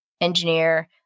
engineer